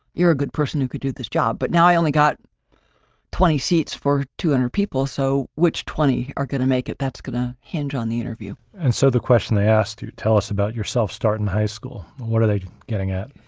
you're a good person who could do this job, but now i only got twenty seats for two hundred people. so, which twenty are going to make it? that's gonna hinge on the interview. and so the question they asked you tell us about yourself start in high school, what are they getting at?